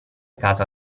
casa